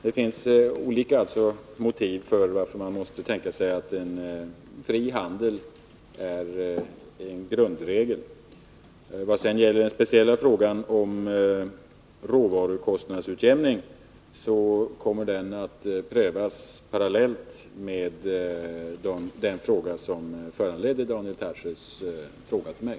Det finns alltså olika motiv till att en fri handel skall anses som en grundregel. Frågan om råvarukostnadsutjämningen kommer att prövas parallellt med det förslag som föranledde Daniel Tarschys fråga till mig.